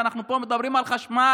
אנחנו פה מדברים על חשמל